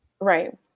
Right